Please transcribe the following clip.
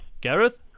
Gareth